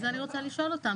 (4ב)